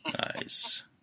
Nice